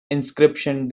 inscription